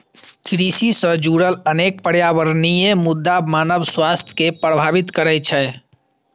कृषि सं जुड़ल अनेक पर्यावरणीय मुद्दा मानव स्वास्थ्य कें प्रभावित करै छै